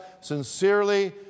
sincerely